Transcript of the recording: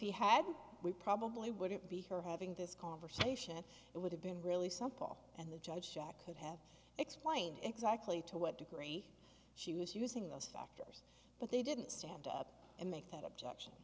he had we probably wouldn't be here having this conversation it would have been really some paul and the judge jack could have explained exactly to what degree she was using those factors but they didn't stand up and make that objection